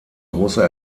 großer